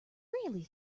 really